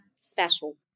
special